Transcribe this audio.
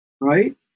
right